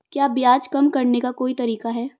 क्या ब्याज कम करने का कोई तरीका है?